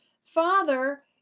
Father